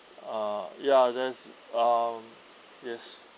uh ya there's um yes